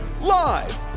Live